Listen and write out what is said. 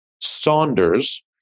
Saunders